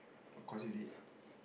of course you did